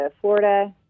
Florida